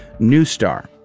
Newstar